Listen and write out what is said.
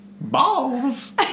balls